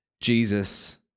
Jesus